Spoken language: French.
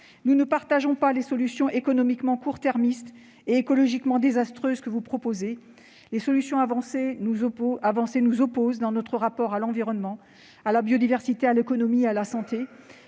Nous ne partageons pas les solutions économiquement court-termistes et écologiquement désastreuses que vous proposez. Celles-ci nous opposent dans notre rapport à l'environnement, à la biodiversité, à l'économie et à la santé